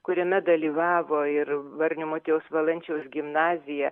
kuriame dalyvavo ir varnių motiejaus valančiaus gimnazija